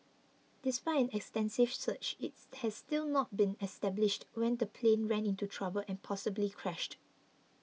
despite an extensive search it's has still not been established when the plane ran into trouble and possibly crashed